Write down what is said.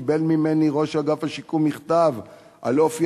קיבל ממני ראש אגף השיקום מכתב על אופי